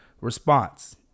response